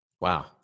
Wow